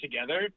together